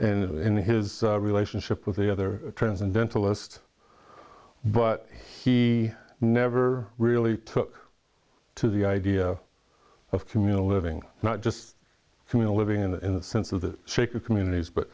and in his relationship with the other transcendental list but he never really took to the idea of communal living not just communal living in the sense of the shaker communities but